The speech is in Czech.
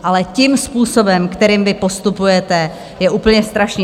Ale tím způsobem, kterým vy postupujete, to je úplně strašné.